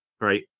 right